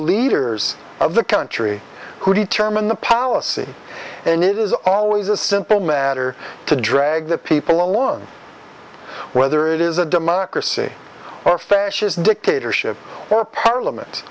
leaders of the country who determine the policy and it is always a simple matter to drag the people alone whether it is a democracy or fascist dictatorship or parliament